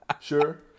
Sure